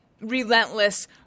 relentless